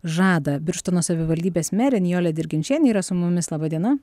žadą birštono savivaldybės merė nijolė dirginčienė yra su mumis laba diena